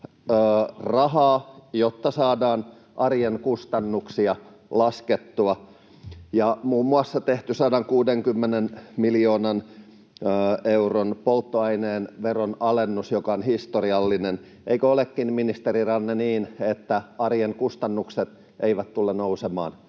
rahaa, jotta saadaan arjen kustannuksia laskettua, ja muun muassa on tehty 160 miljoonan euron polttoaineen veronalennus, joka on historiallinen. Eikö olekin ministeri Ranne niin, että arjen kustannukset eivät tule nousemaan